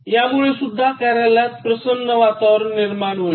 यामुळेसुद्धा कार्यालयात प्रसन्न वातावरण राहील